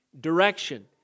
direction